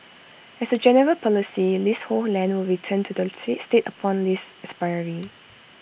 as A general policy leasehold land will return to the state upon lease expiry